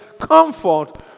comfort